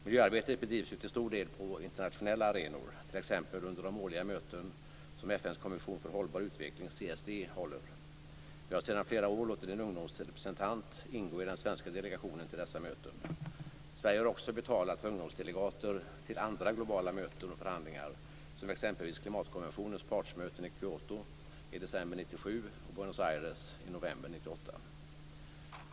Miljöarbetet bedrivs ju till stora delar på internationella arenor, t.ex. under de årliga möten som FN:s kommission för hållbar utveckling, CSD, håller. Vi har sedan flera år låtit en ungdomsrepresentant ingå i den svenska delegationen till dessa möten. Sverige har också betalat för ungdomsdelegater till andra globala möten och förhandlingar, som exempelvis klimatkonventionens partsmöten i Kyoto i december 1997 och Buenos Aires i november 1998.